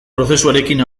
prozesuarekin